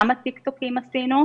כמה טיק טוקים עשינו,